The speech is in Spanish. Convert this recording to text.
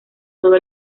todo